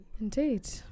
Indeed